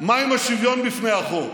מה עם השוויון בפני החוק?